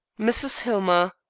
mrs. hillmer.